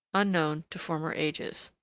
unknown to former ages.